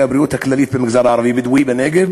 בריאות כללית" במגזר הערבי הבדואי בנגב